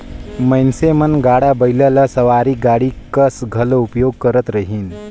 मइनसे मन गाड़ा बइला ल सवारी गाड़ी कस घलो उपयोग करत रहिन